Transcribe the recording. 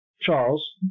charles